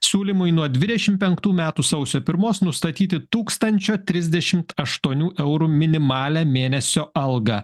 siūlymui nuo dvidešimt penktų metų sausio pirmos nustatyti tūkstančio trisdešimt aštuonių eurų minimalią mėnesio algą